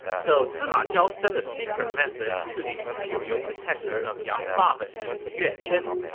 so sima zhao sent a secret message to the imperial protector of yang province, yue chen.